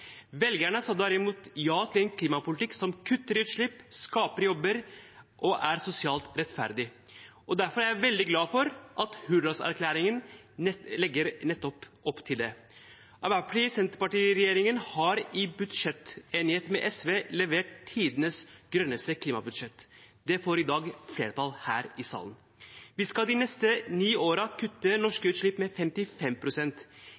Velgerne sa derimot ja til en klimapolitikk som kutter utslipp, skaper jobber og er sosialt rettferdig. Derfor er jeg veldig glad for at Hurdalsplattformen legger opp til nettopp det. Arbeiderparti–Senterparti-regjeringen har i budsjettenigheten med SV levert tidenes grønneste klimabudsjett. Det får i dag flertall her i salen. Vi skal de neste ni årene kutte